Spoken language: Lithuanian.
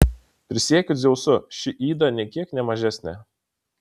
prisiekiu dzeusu ši yda nė kiek ne mažesnė